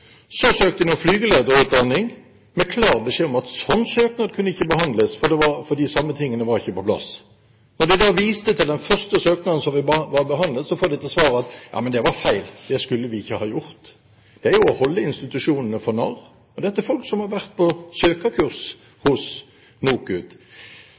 Så søkte de om flygelederutdanning, og fikk klar beskjed om at en slik søknad kunne ikke behandles fordi de samme tingene ikke var på plass. Da de da viste til den første søknaden som var behandlet, fikk de til svar: Ja, men det var feil, det skulle vi ikke ha gjort. Dette er å holde institusjonene for narr. Dette er folk som har vært på